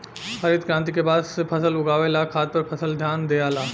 हरित क्रांति के बाद से फसल उगावे ला खाद पर खास ध्यान दियाला